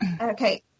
Okay